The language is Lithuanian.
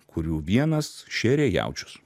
kurių vienas šėrė jaučius